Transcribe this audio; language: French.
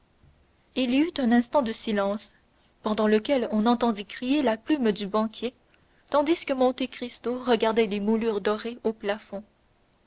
il y eut un instant de silence pendant lequel on entendit crier la plume du banquier tandis que monte cristo regardait les moulures dorées au plafond